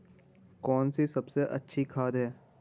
कौन सी सबसे अच्छी खाद है?